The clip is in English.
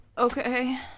Okay